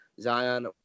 Zion